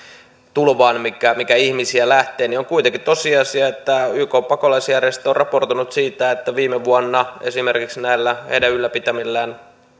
tulvaan mikä ihmisiä lähtee on kuitenkin tosiasia että ykn pakolaisjärjestö on raportoinut siitä että viime vuonna esimerkiksi näillä heidän ylläpitämillään